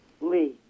Lee